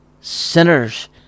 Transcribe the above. Sinners